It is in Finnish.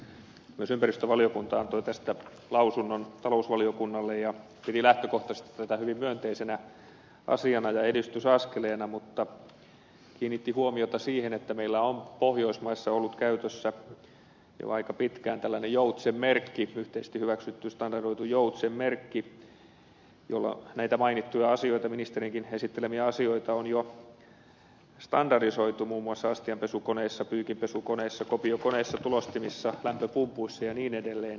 myös ympäristövaliokunta antoi tästä lausunnon talousvaliokunnalle ja piti lähtökohtaisesti tätä hyvin myönteisenä asiana ja edistysaskeleena mutta kiinnitti huomiota siihen että meillä on pohjoismaissa ollut käytössä jo aika pitkään tällainen joutsenmerkki yhteisesti hyväksytty standardoitu joutsenmerkki jolla näitä mainittuja ministerinkin esittelemiä asioita on jo standardisoitu muun muassa astianpesukoneissa pyykinpesukoneissa kopiokoneissa tulostimissa lämpöpumpuissa ja niin edelleen